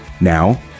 Now